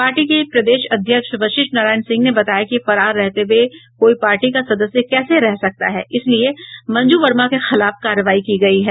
party के प्रदेश अध्यक्ष वशिष्ठ नारायण सिंह ने बताया कि फरार रहते हुए कोई पार्टी का सदस्य कैसे रह सकता है इसलिए मंजू वर्मा के खिलाफ कार्रवाई की गयी है